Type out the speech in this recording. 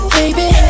baby